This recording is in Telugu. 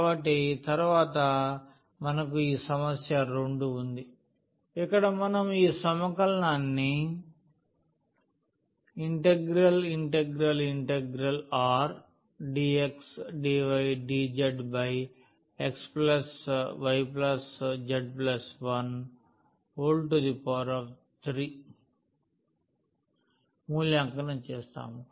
కాబట్టి తరువాత మనకు ఈ సమస్య 2 ఉంది ఇక్కడ మనం ఈ సమకలనాన్ని ∭Rdxdydzxyz13 మూల్యాంకనం చేస్తాము